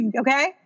Okay